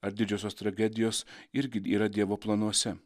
ar didžiosios tragedijos irgi yra dievo planuose